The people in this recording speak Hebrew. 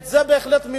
את זה בהחלט מימשו,